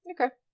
Okay